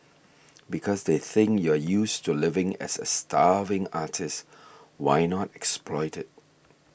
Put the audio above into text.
because they think you're used to living as a starving artist why not exploit it